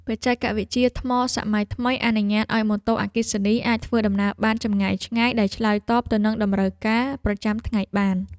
បច្ចេកវិទ្យាថ្មសម័យថ្មីអនុញ្ញាតឱ្យម៉ូតូអគ្គិសនីអាចធ្វើដំណើរបានចម្ងាយឆ្ងាយដែលឆ្លើយតបទៅនឹងតម្រូវការប្រចាំថ្ងៃបាន។